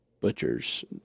butchers